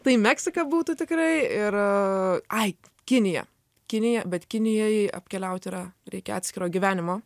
tai meksika būtų tikrai ir ai kinija kinija bet kinijoj apkeliaut yra reikia atskiro gyvenimo